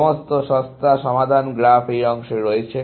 সমস্ত সস্তা সমাধান গ্রাফ এই অংশে রয়েছে